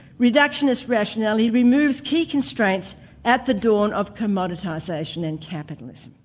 reductionist rationality removes key constraints at the dawn of commoditisation and capitalism.